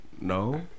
no